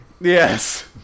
Yes